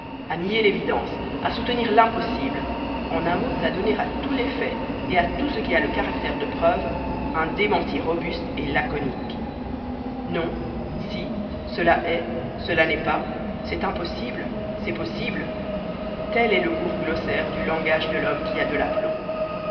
à nier l'évidence à soutenir l'impossible en un mot à donner à tous les faits et à tout ce qui a le caractère de preuve un démenti robuste et laconique non si cela est cela n'est pas c'est impossible c'est possible tel est le court glossaire du langage de l'homme qui a de l'aplomb